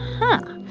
huh.